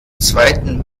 zweiten